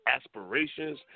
aspirations